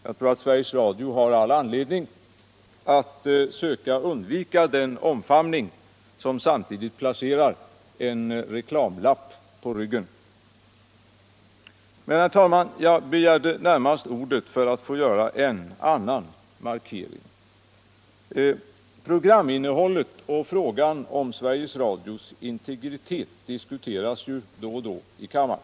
Jag tror att Sveriges Radio har all anledning att söka undvika den omfamning som samtidigt placerar en reklamlapp på ryggen. Men, herr talman, jag begärde närmast ordet för att få göra en annan markering. Programinnehållet och frågan om Sveriges Radios integritet diskuteras då och då i kammaren.